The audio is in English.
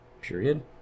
Period